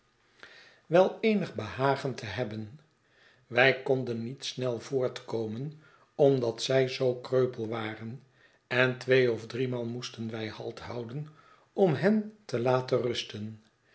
wel eenig behagen te hebben wij konden niet snel voortkomen omdat zij zoo kreupel waren en tweeof driemaal moesten wij halt houden om hen te laten rusten